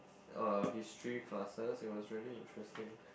uh history classes it was really interesting